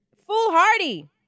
Foolhardy